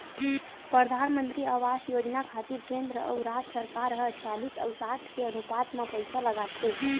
परधानमंतरी आवास योजना खातिर केंद्र अउ राज सरकार ह चालिस अउ साठ के अनुपात म पइसा लगाथे